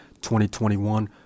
2021